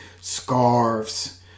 scarves